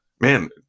man